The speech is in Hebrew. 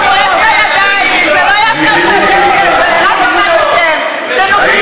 לא יעזור לכם, חיליק.